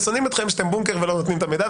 ושונאים אתכם שאתם בונקר ולא נותנים את המידע,